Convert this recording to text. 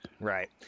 Right